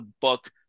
book